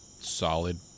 solid